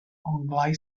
onglau